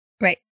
Right